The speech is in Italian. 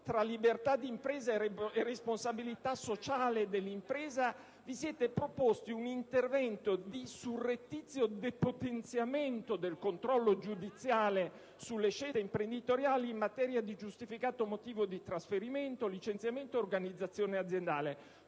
tra libertà di impresa e responsabilità sociale dell'impresa, vi siete proposti un intervento furbesco di depotenziamento surrettizio del controllo giudiziale sulle scelte imprenditoriali in materia di giustificato motivo di trasferimento, licenziamento, organizzazione aziendale